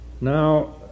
Now